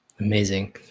Amazing